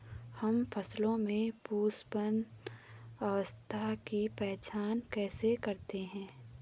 हम फसलों में पुष्पन अवस्था की पहचान कैसे करते हैं?